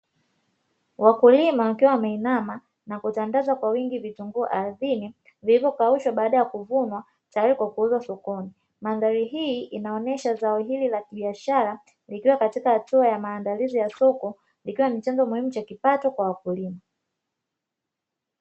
Wakulima wakiwa wameinama na kutandaza kwa wingi vitunguu ardhini vilivyokaushwa baada ya kuvunwa tayari kwa kuuza sokoni. Mandhari hii inaonyesha zao hili la kibiashara likiwa katika hatua ya maandalizi ya soko ikiwa nI chanzo muhimu cha kipato kwa wakulima.